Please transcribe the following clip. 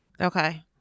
okay